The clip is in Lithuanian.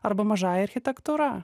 arba mažąja architektūra